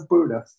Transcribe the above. Buddha